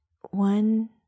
one